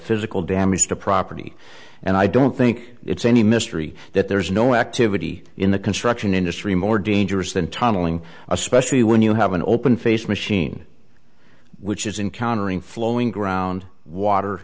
physical damage to property and i don't think it's any mystery that there is no activity in the construction industry more dangerous than tunneling especially when you have an open face machine which is in countering flowing ground water